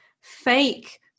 fake